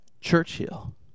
Churchill